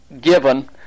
given